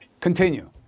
Continue